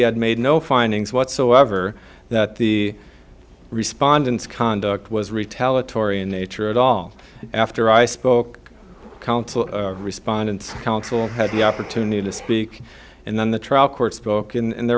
had made no findings whatsoever that the respondents conduct was retaliatory in nature at all after i spoke counsel respondants counsel had the opportunity to speak and then the trial court spoke and there